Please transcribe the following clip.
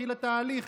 התחיל התהליך,